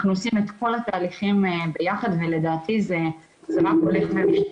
אנחנו עושים את כל התהליכים ביחד ולדעתי זה רק הולך ומשתפר.